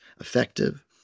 effective